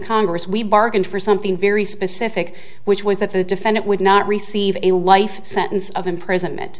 congress we bargained for something very specific which was that the defendant would not receive a life sentence of imprisonment